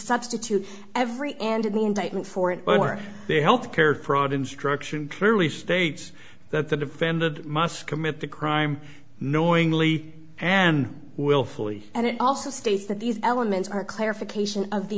substitute every and in the indictment for it but were they health care fraud instruction clearly states that the defendant must commit the crime knowingly and willfully and it also states that these elements are clarification of the